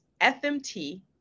fmt